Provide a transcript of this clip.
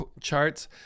charts